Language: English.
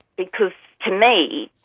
because to me,